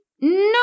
No